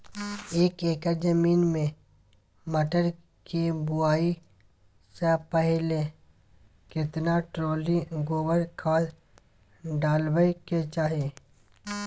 एक एकर जमीन में मटर के बुआई स पहिले केतना ट्रॉली गोबर खाद डालबै के चाही?